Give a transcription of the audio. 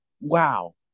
wow